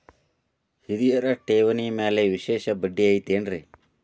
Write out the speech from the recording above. ಹಿರಿಯರ ಠೇವಣಿ ಮ್ಯಾಲೆ ವಿಶೇಷ ಬಡ್ಡಿ ಐತೇನ್ರಿ?